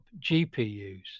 GPUs